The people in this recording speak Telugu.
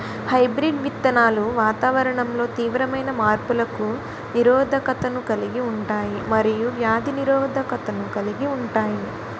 హైబ్రిడ్ విత్తనాలు వాతావరణంలో తీవ్రమైన మార్పులకు నిరోధకతను కలిగి ఉంటాయి మరియు వ్యాధి నిరోధకతను కలిగి ఉంటాయి